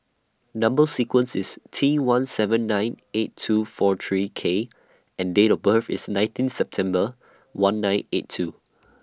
Number sequence IS T one seven nine eight two four three K and Date of birth IS nineteen September one nine eight two